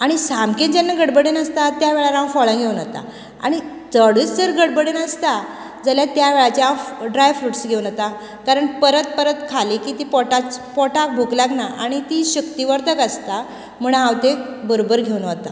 आनी सारकेच जेन्ना गडबडेन आसता त्या वेळार हांव फळां घेवन वता आनी चडूच जर गडबडेन आसता जाल्यार त्या वेळाचेर हांव ड्राय फ्रुटस् घेवन वता कारण परत परत खाले की ती पोटाक भूक लागना आनी ती शक्तीवर्तक आसता म्हूण हांव तें बरोबर घेवन वता